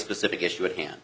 specific issue at hand